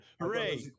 Hooray